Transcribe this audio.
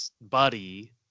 buddy